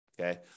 okay